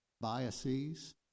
biases